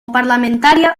parlamentaria